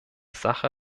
sache